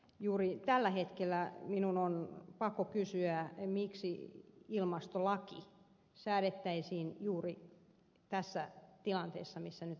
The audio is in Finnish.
juuri tällä hetkellä minun on pakko kysyä miksi ilmastolaki säädettäisiin juuri tässä tilanteessa missä nyt olemme